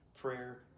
prayer